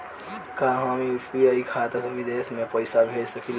का हम यू.पी.आई खाता से विदेश म पईसा भेज सकिला?